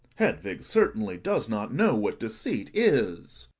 hedvig certainly does not know what deceit is.